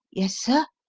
yes, sir?